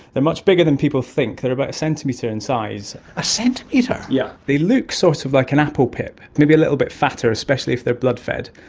they are much bigger than people think, they are about a centimetre in size. a centimetre! yes. yeah they look sort of like an apple pip, maybe a little bit fatter, especially if they are blood fed.